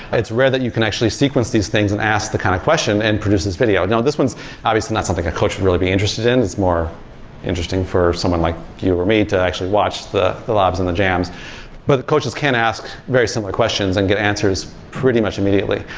it's rare that you can actually sequence these things and ask the kind of question and produce this video. now this one's obviously not something a coach would really be interested in. it's more interesting for someone like you or me to actually watch the the lobs and the jams but the coaches can't ask very similar questions and get answers pretty much immediately,